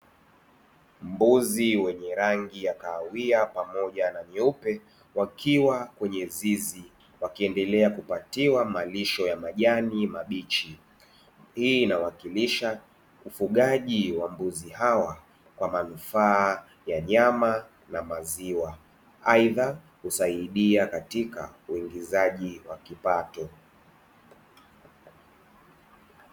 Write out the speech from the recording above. Mbuzi wenye rangi ya kahawia pamoja na nyeupe wakiwa kwenye zizi, wakiendelea kupatiwa malisho ya majani mabichi. Hii inawakisha ufugaji wa mbuzi hawa kwa manufaa ya nyama na maziwa. Aidha husaidia katika uingizaji wa kipato.